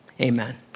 Amen